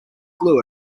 blue